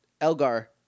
elgar